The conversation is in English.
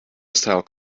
style